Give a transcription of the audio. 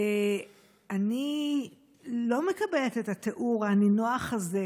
אני לא מקבלת את התיאור הנינוח הזה,